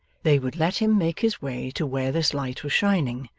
they would let him make his way to where this light was shining,